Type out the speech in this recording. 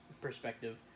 perspective